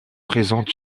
présentent